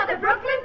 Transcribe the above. Brooklyn